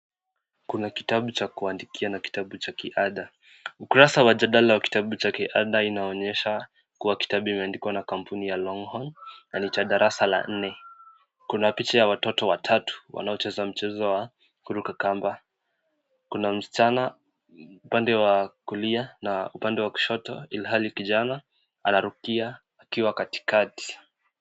Kuna kitabu cha kuandikia na kitabu cha kiada, ukurasa wa jadala wa kitabu chake ada inaonyesha kuwa kitabu imeandikwa na kampuni ya Longhorn na ni cha darasa la nne, kuna picha ya watoto watatu wanaocheza mchezo wa kuruka kamba, kuna msichana upande wa kulia na upande wa kushoto ilhali kijana anarukia akiwa katikati.